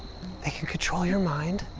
can control your mind,